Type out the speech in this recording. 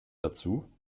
dazu